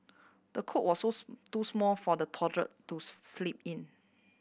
the cot was too small for the toddler to sleep in